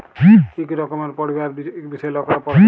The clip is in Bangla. ইক রকমের পড়্হাবার ইক বিষয় লকরা পড়হে